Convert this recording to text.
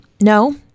no